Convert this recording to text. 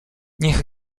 niech